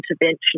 intervention